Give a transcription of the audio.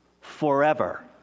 forever